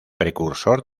precursor